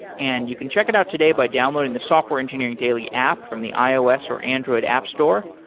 and you can check it out today by downloading the software engineering daily app from the ios or android app store,